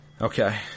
Okay